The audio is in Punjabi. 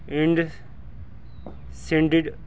ਇੰਡ ਸਿਡਡ